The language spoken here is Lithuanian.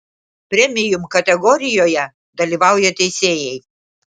premium kategorijoje dalyvauja teisėjai